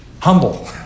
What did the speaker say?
humble